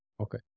Okay